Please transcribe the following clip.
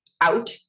out